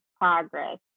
progress